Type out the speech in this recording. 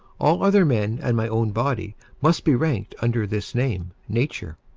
all other men and my own body, must be ranked under this name, nature.